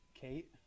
kate